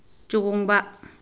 ꯆꯣꯡꯕ